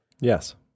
Yes